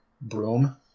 broom